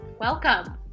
Welcome